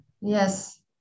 yes